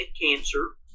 cancer